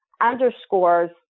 underscores